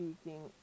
speaking